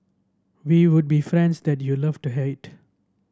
we would be friends that you love to hate